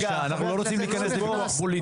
אנחנו לא רוצים להיכנס לוויכוח פוליטי.